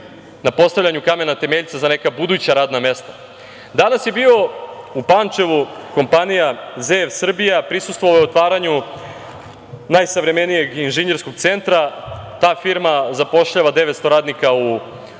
na postavljanju kamena temeljca za neka buduća radna mesta. Danas je bio u Pančevu, kompanija ZF Srbija. Prisustvovao je otvaranju najsavremenijeg inženjerskog centra. Ta firma zapošljava 900 radnika u